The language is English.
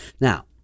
now